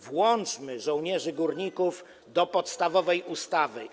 Włączmy żołnierzy górników do podstawowej ustawy.